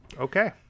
okay